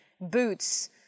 boots